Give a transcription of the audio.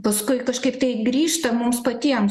paskui kažkaip tai grįžta mums patiems